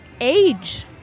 age